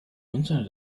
internet